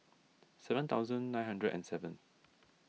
seven thousand nine hundred and seven